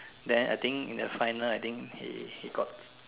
then I think in the final I think he he got